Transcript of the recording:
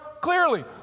clearly